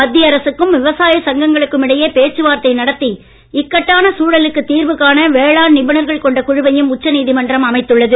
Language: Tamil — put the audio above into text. மத்திய அரசுக்கும் விவசாய சங்கங்களுக்கும் இடையே பேச்சு வார்த்தை நடத்தி இக்கட்டான சூழலுக்கு தீர்வு காண வேளாண் நிபுணர்கள் கொண்ட குழுவையும் அமைத்துள்ளது